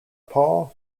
paul